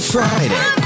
Friday